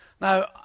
Now